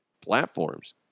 platforms